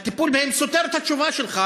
שהטיפול בהם סותר את התשובה שלך,